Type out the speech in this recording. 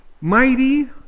mighty